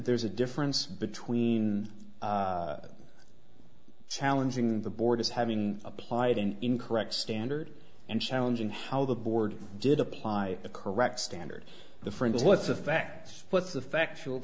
there's a difference between challenging the board as having applied an incorrect standard and challenging how the board did apply the correct standard the friends what's the fact